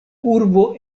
urbo